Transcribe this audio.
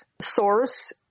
source